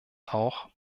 auch